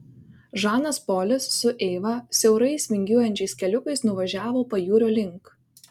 žanas polis su eiva siaurais vingiuojančiais keliukais nuvažiavo pajūrio link